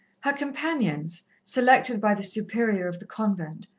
her companions, selected by the superior of the convent,